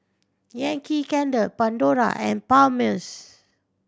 Yankee Candle Pandora and Palmer's